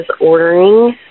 ordering